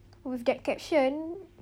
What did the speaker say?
with that caption